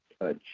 touch